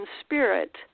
spirit